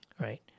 right